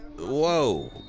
Whoa